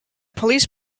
police